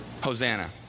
Hosanna